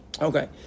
Okay